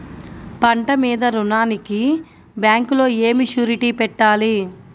పంట మీద రుణానికి బ్యాంకులో ఏమి షూరిటీ పెట్టాలి?